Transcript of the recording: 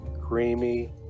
Creamy